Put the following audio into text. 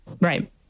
Right